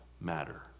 matter